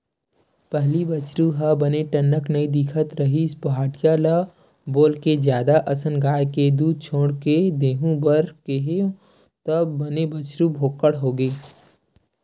पहिली बछरु ह बने टनक नइ दिखत रिहिस पहाटिया ल बोलके जादा असन गाय के दूद छोड़ के दूहे बर केहेंव तब बने बछरु भोकंड होगे